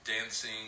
dancing